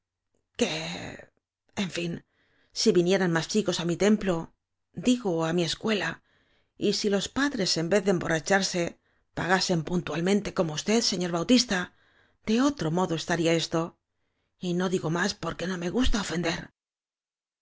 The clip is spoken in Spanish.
en fin si vi nieran más chicos á mi templo digo á mi escuela y si los padres en vez de emborra charse pagasen puntualmente como usted se ñor bautista de otro modo estaría esto y no digo más porque no me gusta ofender